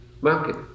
Market